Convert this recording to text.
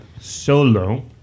solo